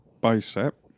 Bicep